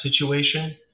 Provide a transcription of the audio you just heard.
situation